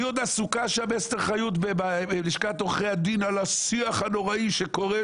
אסתר חיות עוד עסוקה שם בלשכת עורכי הדין על השיח הנוראי שקורה,